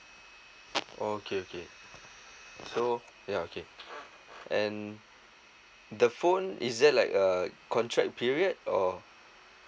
okay okay so ya okay and the phone is that like a contract period or